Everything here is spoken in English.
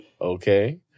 Okay